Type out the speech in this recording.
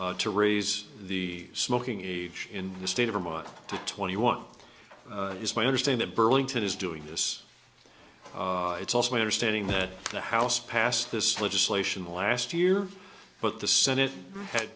vote to raise the smoking age in the state of vermont to twenty one is my understanding burlington is doing this it's also my understanding that the house passed this legislation last year but the senate had